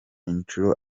inshuro